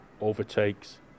overtakes